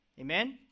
amen